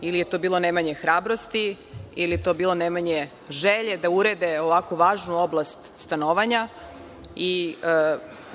ili je to bilo nemanje hrabrosti ili je to bilo nemanje želje da urede ovako važnu oblast stanovanja.